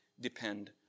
depend